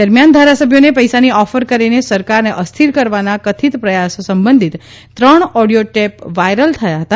દરમિયાન ધારાસભ્યોને પૈસાની ઓફર કરીને સરકારને અસ્થિર કરવાના કથિત પ્રયાસ સંબંધિત ત્રણ ઓડિયો ટેપ વાયરલ થયા હતા